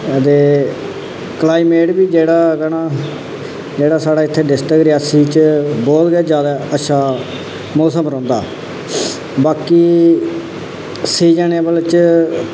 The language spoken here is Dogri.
ते क्लाईमेट बी जेह्ड़ा ना जेह्ड़ा साढ़ा इत्थै डिस्ट्रिक्ट रियासी च बहौत के ज्यादा अच्छा मौसम रौंह्दा बाकी सीजनेबल च